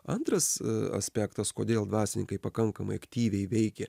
antras aspektas kodėl dvasininkai pakankamai aktyviai veikė